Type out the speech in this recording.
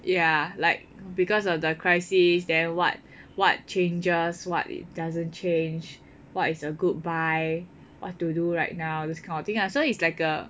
ya like because of the crisis then what what changes what it doesn't change what is a good buy what to do right now this kind of thing lah so it's like a